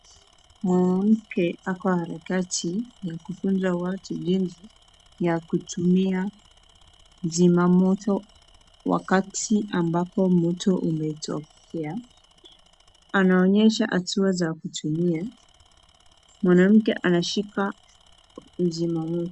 Mwanamke ako harakati ya kufunza watu jinsi ya kutumia zima moto wakati ambapo moto umetokea. Anaonyesha hatua za kutumia. Mwanamke anashika mzima moto.